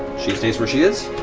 she stays where she is.